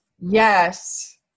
Yes